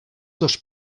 dos